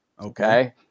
okay